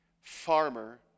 farmer